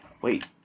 wait